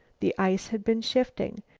the ice had been shifting.